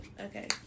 okay